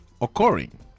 occurring